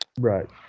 right